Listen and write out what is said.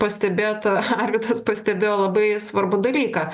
pastebėta arvydas pastebėjo labai svarbų dalyką